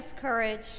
courage